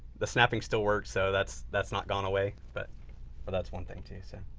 the snapping still works. so that's that's not gone away but but that's one thing too. so,